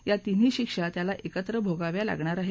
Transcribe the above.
या तिन्ही शिक्षा त्याला एकत्र भोगाव्या लागणार आहेत